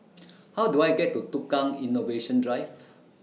How Do I get to Tukang Innovation Drive